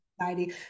anxiety